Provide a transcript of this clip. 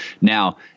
Now